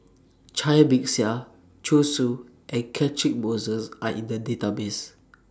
Cai Bixia Zhu Xu and Catchick Moses Are in The Database